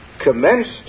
commenced